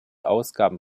ausgaben